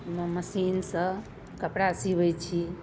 ओना मशीनसँ कपड़ा सिबै छी